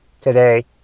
today